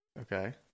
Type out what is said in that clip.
Okay